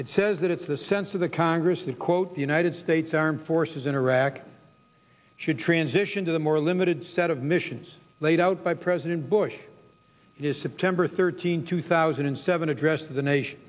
it says that it's the sense of the congress that quote the united states armed forces in iraq should transition to the more limited set of missions laid out by president bush is september thirteenth two thousand and seven address the nation